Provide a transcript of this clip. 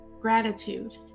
gratitude